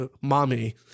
Mommy